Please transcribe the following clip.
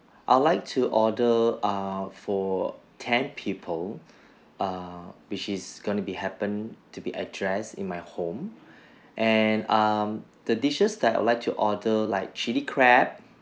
I would like to order err for ten people err which is gonna be happened to be addressed in my home and um the dishes that I would like to order like chilli crab